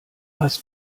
hast